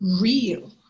real